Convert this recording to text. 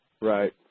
Right